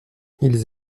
ils